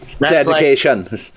dedication